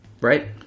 right